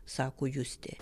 sako justė